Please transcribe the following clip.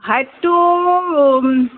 হাইটটো